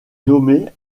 nommée